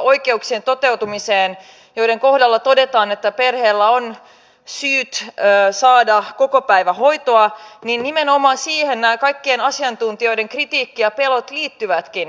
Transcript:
oikeuksien toteutumiseen joiden kohdalla todetaan että perheellä on syyt saada kokopäivähoitoa nimenomaan siihen näiden kaikkien asiantuntijoiden kritiikki ja pelot liittyvätkin